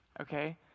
okay